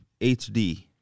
HD